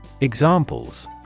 Examples